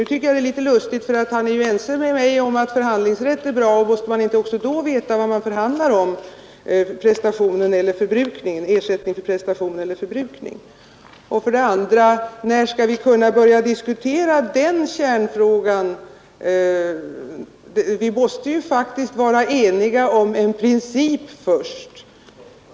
Nu tycker jag det är litet lustigt, för han är ju ense med mig om att förhandlingsrätt är bra. Måste man inte då veta om man förhandlar om ersättning för prestation eller för förbrukning? När skall vi kunna börja diskutera den kärnfrågan? Vi måste ju faktiskt först vara eniga om en princip.